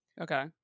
Okay